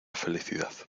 felicidad